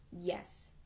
Yes